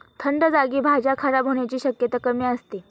थंड जागी भाज्या खराब होण्याची शक्यता कमी असते